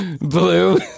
Blue